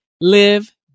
live